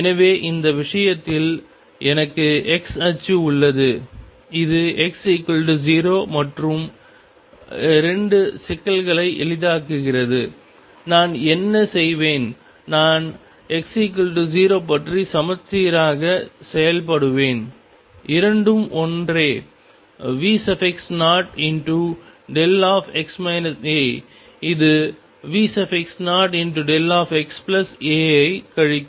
எனவே இந்த விஷயத்தில் எனக்கு x அச்சு உள்ளது இது x 0 மற்றும் 2 சிக்கலை எளிதாக்குகிறது நான் என்ன செய்வேன் நான் x 0 பற்றி சமச்சீராக செயல்படுவேன் இரண்டும் ஒன்றே V0δ இது V0δxa ஐ கழிக்கும்